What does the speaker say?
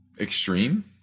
extreme